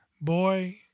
Boy